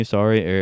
Sorry